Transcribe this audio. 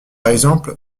exemple